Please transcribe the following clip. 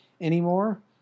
anymore